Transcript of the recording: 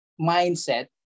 mindset